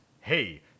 Hey